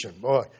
Boy